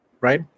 right